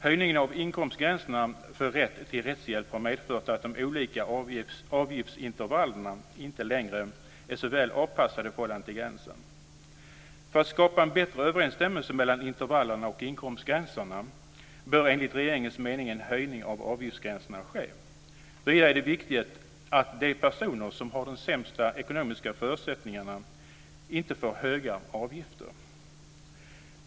Höjningen av inkomstgränserna för rätt till rättshjälp har medfört att de olika avgiftsintervallen inte längre är så väl avpassade i förhållande till gränserna. För att skapa bättre överensstämmelse mellan intervallen och inkomstgränserna bör enligt regeringens mening en höjning av avgiftsgränserna ske. Vidare är det viktigt att de personer som har de sämsta ekonomiska förutsättningarna inte får höga avgifter.